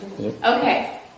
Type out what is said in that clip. Okay